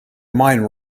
mind